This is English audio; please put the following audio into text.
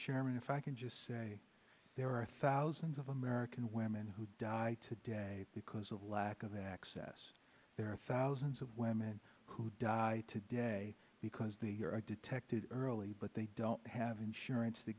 chairman if i can just say there are thousands of american women who died today because of lack of access there are thousands of women who die today because they hear i detected early but they don't have insurance t